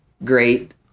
great